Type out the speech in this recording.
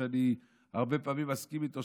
שאני הרבה פעמים מסכים איתו,